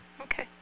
Okay